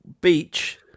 beach